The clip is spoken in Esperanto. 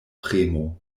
premo